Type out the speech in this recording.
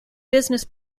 business